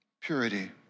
Purity